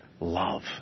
love